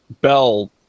bell